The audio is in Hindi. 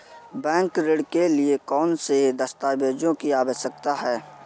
बैंक ऋण के लिए कौन से दस्तावेजों की आवश्यकता है?